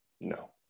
No